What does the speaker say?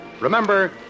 Remember